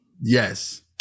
Yes